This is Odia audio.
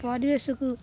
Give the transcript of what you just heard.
ପରିବେଶକୁ